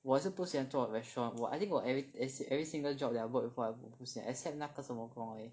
我也是不喜欢做 restaurant 我 I think 我 every every single job that I work with 我不喜欢 except 那个什么